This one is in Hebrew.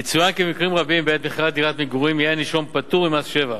יצוין כי במקרים רבים בעת מכירת דירת מגורים יהיה הנישום פטור ממס שבח,